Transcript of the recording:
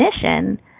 definition